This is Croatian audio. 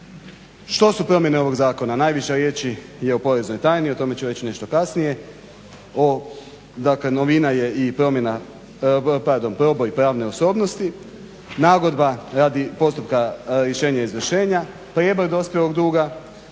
Što su promjene ovog Zakona? Najviše riječi je o poreznoj tajni. O tome ću reći nešto kasnije. Dakle, novina je i promjena, pardon proboj pravne osobnosti, nagodba radi postupka rješenje izvršenja, prijeboj dospjelog duga,